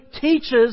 teaches